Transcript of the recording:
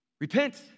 Repent